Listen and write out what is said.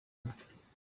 umwe